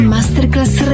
Masterclass